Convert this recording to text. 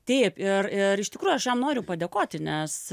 taip ir ir iš tikrųjų aš jam noriu padėkoti nes